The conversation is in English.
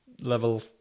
level